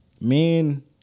men